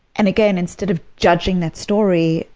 and again, instead of judging that story,